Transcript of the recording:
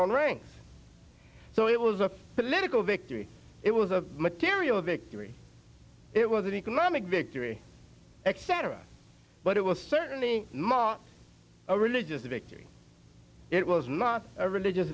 own rings so it was a political victory it was a material victory it was an economic victory etc but it was certainly more a religious victory it was not a religious